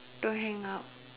don't hang up